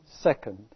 second